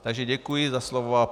Takže děkuji za slovo.